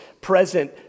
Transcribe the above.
present